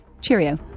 cheerio